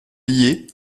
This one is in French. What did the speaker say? lié